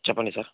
చెప్పండి సార్